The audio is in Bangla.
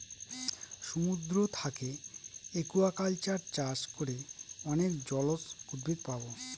সমুদ্র থাকে একুয়াকালচার চাষ করে অনেক জলজ উদ্ভিদ পাবো